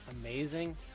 amazing